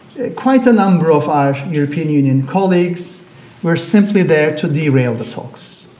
quite a number of our european union colleagues were simply there to derail the talks.